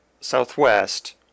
southwest